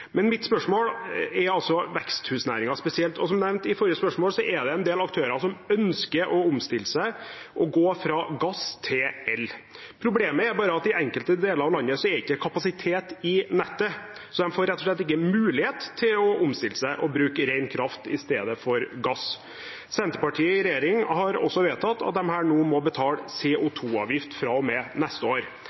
Mitt spørsmål gjelder altså veksthusnæringen spesielt. Som nevnt i forrige spørsmål er det en del aktører som ønsker å omstille seg og gå fra gass til el. Problemet er bare at i enkelte deler av landet er det ikke kapasitet i nettet, så de får rett og slett ikke mulighet til å omstille seg og bruke ren kraft i stedet for gass. Senterpartiet i regjering har også vedtatt at disse nå må betale CO 2 -avgift fra og med neste år.